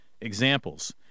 Examples